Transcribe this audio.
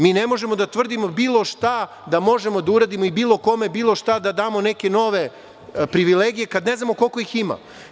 Mi ne možemo da tvrdimo bilo šta da možemo da uradimo bilo kome i bilo šta da damo, neke nove privilegije, kada ne znamo koliko ih ima.